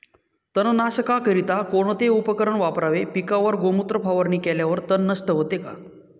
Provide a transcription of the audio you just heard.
तणनाशकाकरिता कोणते उपकरण वापरावे? पिकावर गोमूत्र फवारणी केल्यावर तण नष्ट होते का?